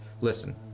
listen